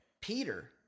Peter